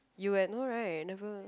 you eh no right never